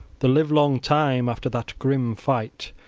the livelong time after that grim fight,